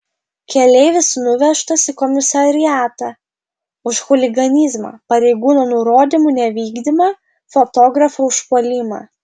keleivis nuvežtas į komisariatą už chuliganizmą pareigūno nurodymų nevykdymą fotografo užpuolimą